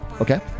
Okay